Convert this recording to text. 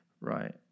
Right